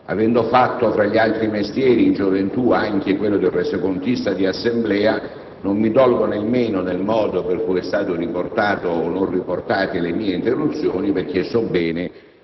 Avendo fatto, tra gli altri mestieri in gioventù, anche quello di resocontista di Assemblea, non mi dolgo nemmeno del modo con cui sono state o non riportate le mie interruzioni, perché so bene